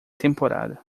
temporada